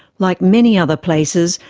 like many other places,